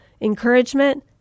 encouragement